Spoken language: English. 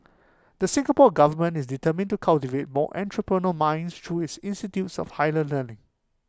the Singapore Government is determined to cultivate more entrepreneur minds through its institutes of higher learning